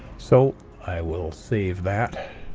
so i will save that.